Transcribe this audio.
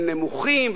הם נמוכים,